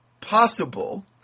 possible